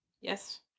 Yes